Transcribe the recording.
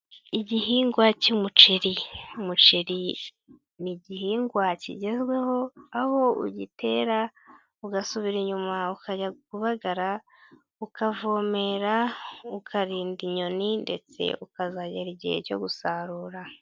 Igihingwa cy'umuceri, umuceri ni igihingwa kigezweho aho ugitera ugasubira inyuma ukajya kubagara, ukavomera ukarinda inyoni ndetse ukazagera igihe cyo gusarura.